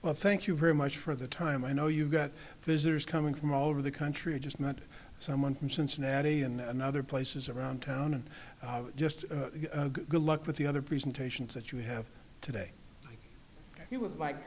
well thank you very much for the time i know you've got visitors coming from all over the country i just met someone from cincinnati and another places around town and just good luck with the other presentations that you have today and he was like